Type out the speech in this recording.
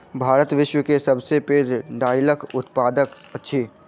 भारत विश्व में सब सॅ पैघ दाइलक उत्पादक अछि